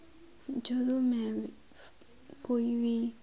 ਜਦੋਂ ਮੈਂ ਕੋਈ ਵੀ